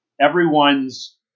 everyone's